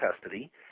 custody